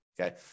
Okay